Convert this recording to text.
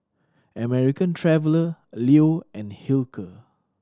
American Traveller Leo and Hilker